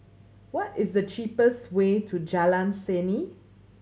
what is the cheapest way to Jalan Seni